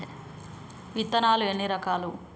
విత్తనాలు ఎన్ని రకాలు?